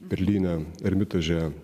berlyne ermitaže